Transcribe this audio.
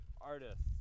Artists